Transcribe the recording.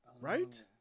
right